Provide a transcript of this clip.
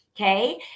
okay